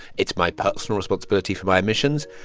it's my personal responsibility for my emissions,